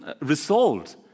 resolved